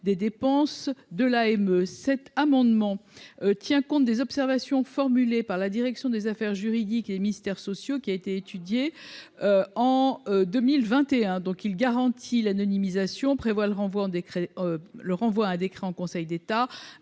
des dépenses de l'AME cet amendement tient compte des observations formulées par la direction des affaires juridiques et ministères sociaux qui a été étudiée en 2021 donc il garantit l'anonymisation prévoit le renvoi au décret le renvoie à